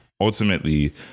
ultimately